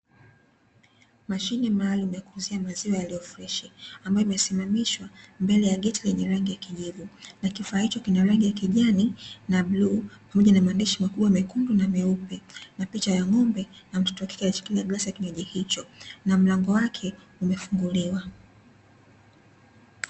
Mashine maalumu ya kuuzia maziwa freshi ambayo imesimamishwa mbele ya geti lenye rangi ya kijivu, na kifaa hicho chenye rangi ya kijani na bluu pamoja na maandishi makubwa mekundu na meupe na picha ya ng'ombe, na mtoto wa kike aliyeshikilia glasi ya kinywaji hicho na mlango wake umefunguliwa.